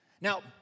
Now